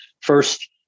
first